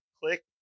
click